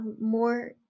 more